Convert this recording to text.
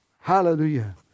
Hallelujah